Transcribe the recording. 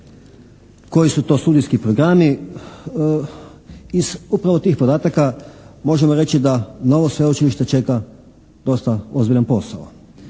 koji su to studijski programi. Iz upravo tih podataka možemo reći da novo sveučilište čeka dosta ozbiljan posao.